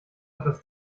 etwas